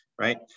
right